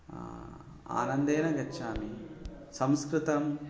आनन्देन गच्छामि संस्कृतं